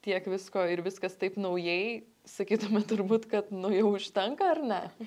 tiek visko ir viskas taip naujai sakytumėt turbūt kad nu jau užtenka ar ne